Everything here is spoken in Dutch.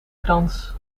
krans